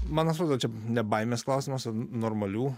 man atrodo čia ne baimės klausimas o normalių